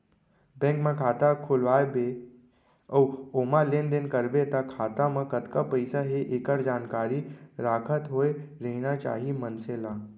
bank म खाता खोलवा बे अउ ओमा लेन देन करबे त खाता म कतका पइसा हे एकर जानकारी राखत होय रहिना चाही मनसे ल